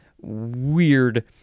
weird